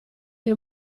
dei